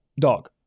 dog